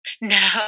no